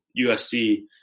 USC –